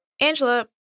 Angela